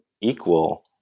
equal